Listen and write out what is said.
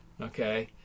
okay